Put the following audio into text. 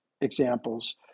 examples